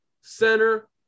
center